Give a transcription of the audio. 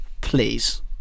please